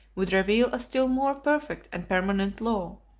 would reveal a still more perfect and permanent law.